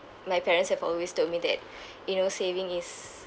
my parents have always told me that you know saving is